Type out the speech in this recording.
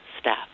staff